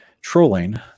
trolling